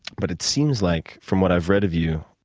but it seems like, from what i've read of you,